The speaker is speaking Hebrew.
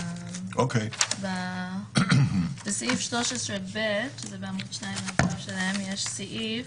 בסעיף 13ב, יש סעיף